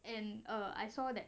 and uh I saw that